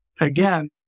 again